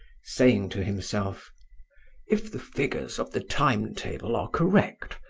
saying to himself if the figures of the timetable are correct,